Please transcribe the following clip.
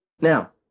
Now